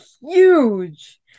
huge